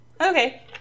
Okay